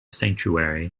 sanctuary